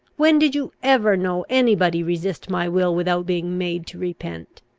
when did you ever know any body resist my will without being made to repent?